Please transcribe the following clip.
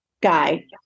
Guy